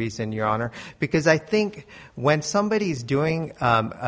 reason your honor because i think when somebody is doing